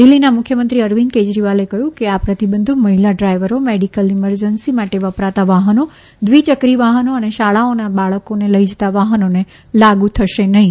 દિલ્હીના મુખ્યમંત્રી અરવિંદ કેજરીવાલે કહ્યું કે આ પ્રતિબંધો મહિલા ડ્રાઇવરો મેડિકલ ઇમરજન્સી માટે વપરાતા વાહનો દ્વિચક્રી વાહનો અને શાળાઓના બાળકોને લઇ જતા વાહનોને લાગુ થશે નહીં